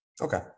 Okay